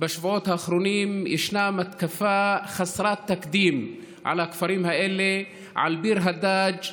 בשבועות האחרונים ישנה מתקפה חסרת תקדים על הכפרים האלה: ביר הדאג',